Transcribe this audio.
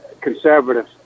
Conservative